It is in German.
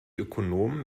ökonomen